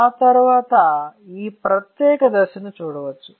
ఆ తరువాత ఈ ప్రత్యేక దశను చూడవచ్చు